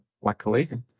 luckily